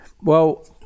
Well-